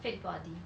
fit body